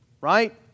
right